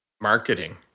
marketing